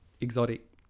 exotic